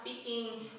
speaking